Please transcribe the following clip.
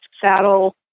saddle